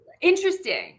interesting